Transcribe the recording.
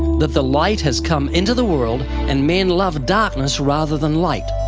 that the light has come into the world, and men love darkness rather than light,